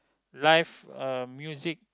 live uh music